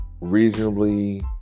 reasonably